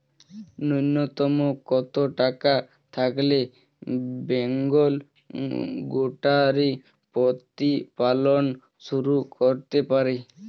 নূন্যতম কত টাকা থাকলে বেঙ্গল গোটারি প্রতিপালন শুরু করতে পারি?